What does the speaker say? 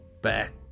back